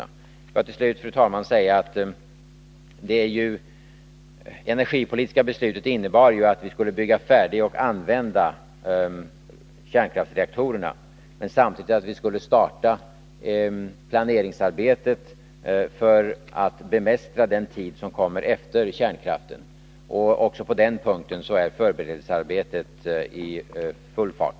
Låt mig till sist, fru talman, säga att det energipolitiska beslutet innebar att vi skulle bygga färdigt och använda kärnkraftsreaktorerna, men samtidigt att vi skulle starta planeringsarbetet när det gäller att bemästra situationen under den tid som kommer efter kärnkraftsavvecklingen. Också på den punkten är förberedelsearbetet i full fart.